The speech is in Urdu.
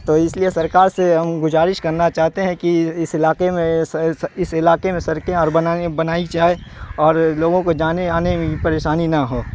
تو اس لیے سرکار سے ہم گزارش کرنا چاہتے ہیں کہ اس علاقے میں اس علاقے میں سڑکیں اور بنانے بنائی جائے اور لوگوں کو جانے آنے میں بھی پریشانی نہ ہو